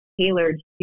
tailored